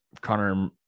Connor